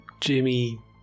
Jimmy